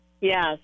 yes